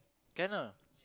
can ah